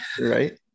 Right